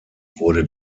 wurde